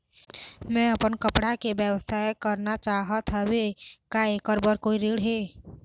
मैं अपन कपड़ा के व्यवसाय करना चाहत हावे का ऐकर बर कोई ऋण हे?